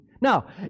Now